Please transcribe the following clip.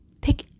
Pick